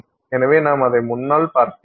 எனவே நாம் அதை முன்னால் பார்க்கிறோம்